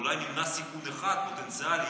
אולי נמנע סיכון אחד פוטנציאלי,